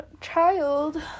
child